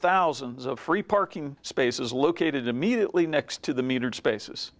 thousands of free parking spaces located immediately next to the